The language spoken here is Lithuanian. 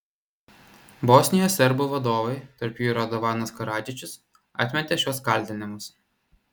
bosnijos serbų vadovai tarp jų ir radovanas karadžičius atmetė šiuos kaltinimus